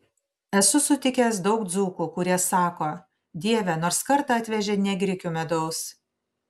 esu sutikęs daug dzūkų kurie sako dieve nors kartą atvežė ne grikių medaus